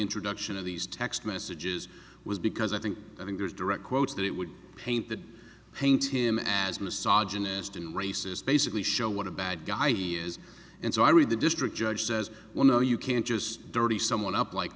introduction of these text messages was because i think i think there's direct quotes that it would paint the paint him as massage honest and racist basically show what a bad guy here is and so i read the district judge says well no you can't just dirty someone up like